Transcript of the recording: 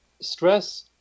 stress